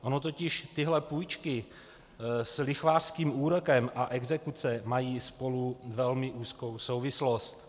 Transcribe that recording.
Ony totiž tyhle půjčky s lichvářským úrokem a exekuce mají spolu velmi úzkou souvislost.